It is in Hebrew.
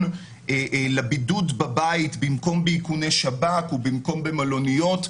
לבידוד בבית במקום באיכוני שב"כ ובמקום במלוניות?